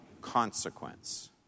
consequence